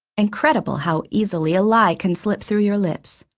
incredible how easily a lie can slip through your lips.